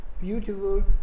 Beautiful